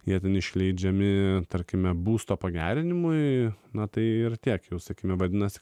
jie ten išleidžiami tarkime būsto pagerinimui na tai ir tiek jos sėkme vadinasi